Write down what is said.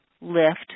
lift